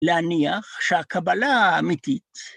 ‫להניח שהקבלה האמיתית...